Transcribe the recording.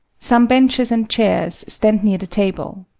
some benches and chairs stand near the table.